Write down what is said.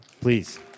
Please